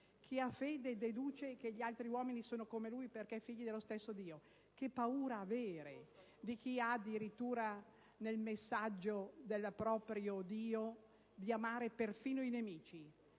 Chi ha fede deduce che gli altri uomini sono come lui perché figli dello stesso Dio. Che paura si può avere di chi ha nel messaggio del proprio Dio il principio di amare perfino i nemici?